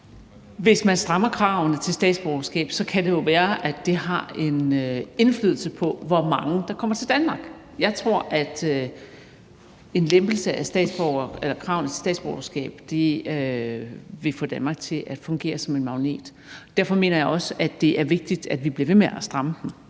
Hvis man strammer kravene til statsborgerskab, kan det jo være, at det har en indflydelse på, hvor mange der kommer til Danmark. Jeg tror, at en lempelse af kravene til statsborgerskab vil få Danmark til at fungere som en magnet. Derfor mener jeg også, at det er vigtigt, at vi bliver ved med at stramme dem;